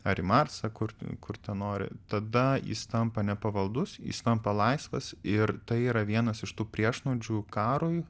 ar į marsą kur kur ten nori tada jis tampa nepavaldus jis tampa laisvas ir tai yra vienas iš tų priešnuodžių karui